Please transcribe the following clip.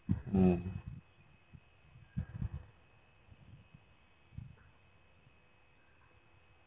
mm